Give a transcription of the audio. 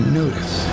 notice